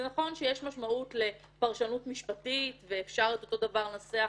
וזה נכון שיש משמעות לפרשנות משפטית ואפשר את אותו דבר לנסח